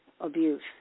abuse